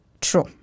true